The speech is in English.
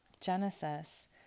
Genesis